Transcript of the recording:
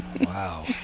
Wow